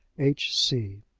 h. c.